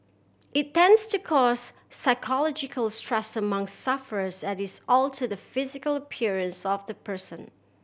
it tends to cause psychological stress among sufferers as it alter the physical appearance of the person